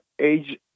age